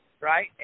right